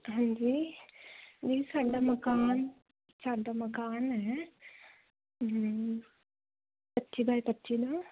ਹਾਂਜੀ ਵੀਰ ਸਾਡਾ ਮਕਾਨ ਸਾਡਾ ਮਕਾਨ ਹੈ ਹੂੰ ਪੱਚੀ ਬਾਈ ਪੱਚੀ ਦਾ